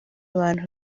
abantu